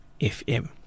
FM